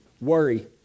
Worry